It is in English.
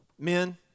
Men